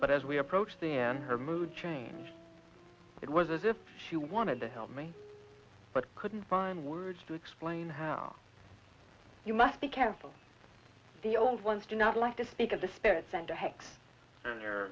but as we approached the end her mood changed it was as if she wanted to help me but couldn't find words to explain how you must be careful the old ones do not like to speak of the